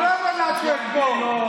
אני רוצה לשמוע את החבר שלך.